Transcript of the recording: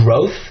growth